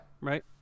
Right